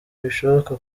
bishoboka